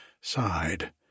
sighed